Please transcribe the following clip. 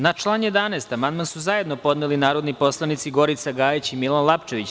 Na član 11. amandman su zajedno podneli narodni poslanici Gorica Gajić i Milan Lapčević.